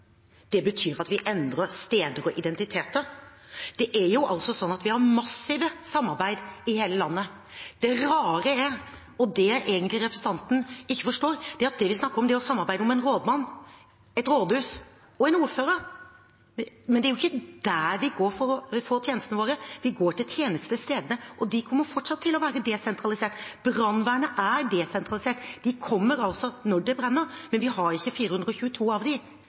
betyr at vi endrer steder og identiteter. Vi har massive samarbeid i hele landet. Det rare – og det representanten egentlig ikke forstår – er at det vi snakker om, er å samarbeide om en rådmann, et rådhus og en ordfører. Men det er jo ikke dit vi går for å få tjenestene våre, vi går til tjenestestedene, og de kommer fortsatt til å være desentralisert. Brannvernet er desentralisert. De kommer når det brenner, men vi har ikke 422 av